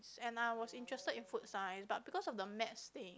and I was interested in Food Science but because of the Maths thing